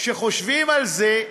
כשחושבים על זה,